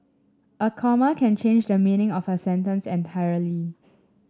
a comma can change the meaning of a sentence entirely